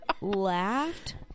laughed